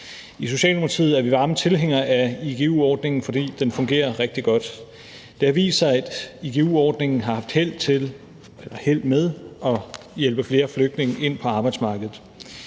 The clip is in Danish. I Socialdemokratiet er vi varme tilhængere af igu-ordningen, fordi den fungerer rigtig godt. Det har vist sig, at igu-ordningen haft held med at hjælpe flere flygtninge ind på arbejdsmarkedet.